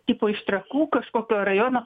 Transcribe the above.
tipo iš trakų kažkokio rajono